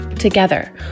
Together